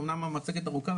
אמנם המצגת ארוכה,